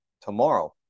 tomorrow